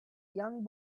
young